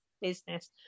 business